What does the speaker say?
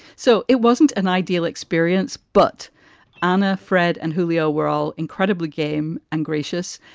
so it wasn't an ideal experience. but ana, fred and julio were all incredibly game and gracious.